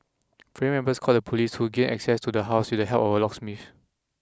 family members called the police who gained access to the house with the help of a locksmith